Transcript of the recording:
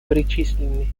перечислены